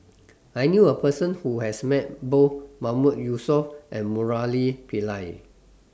I knew A Person Who has Met Both Mahmood Yusof and Murali Pillai